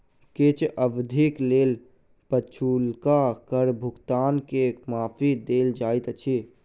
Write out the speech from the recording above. किछ अवधिक लेल पछुलका कर भुगतान के माफी देल जाइत अछि